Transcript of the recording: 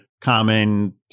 common